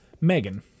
Megan